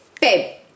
babe